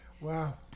Wow